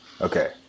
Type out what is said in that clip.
Okay